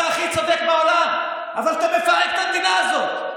אתה הכי צודק בעולם, אבל אתה מפרק את המדינה הזאת.